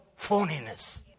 phoniness